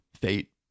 fate